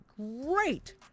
Great